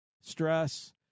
stress